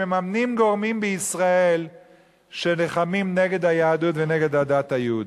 מממנים גורמים בישראל שנלחמים נגד היהדות ונגד הדת היהודית.